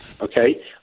okay